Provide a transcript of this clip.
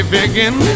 begin